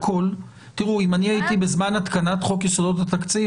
אם אני הייתי בזמן התקנת חוק יסודות התקציב,